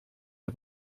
der